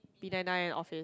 B nine nine of it